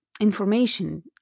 information